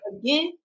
again